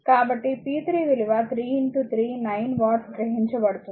కాబట్టి p3 విలువ 3 3 9 watts గ్రహించబడుతుంది